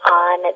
on